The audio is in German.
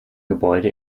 gebäude